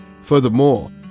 Furthermore